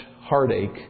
heartache